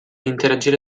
interagire